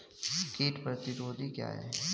कीट प्रतिरोधी क्या है?